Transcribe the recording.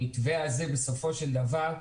המתווה הזה בסופו של דבר,